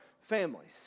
families